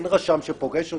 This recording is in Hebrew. אין רשם שפוגש אותו,